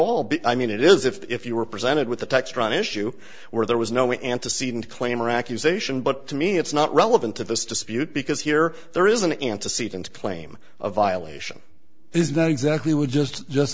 but i mean it is if you were presented with a textron issue where there was no antecedent claim or accusation but to me it's not relevant to this dispute because here there is an antecedent claim of violation is not exactly would just just